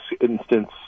instance